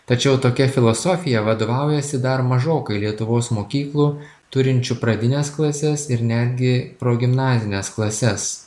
tačiau tokia filosofija vadovaujasi dar mažokai lietuvos mokyklų turinčių pradines klases ir netgi progimnazines klases